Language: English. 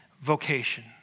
vocation